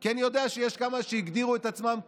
כי אני יודע שיש כמה שהגדירו את עצמם כתליינים: